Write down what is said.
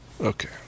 Okay